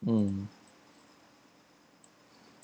mm